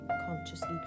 consciously